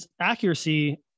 accuracy